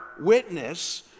witness